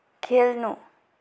खेल्नु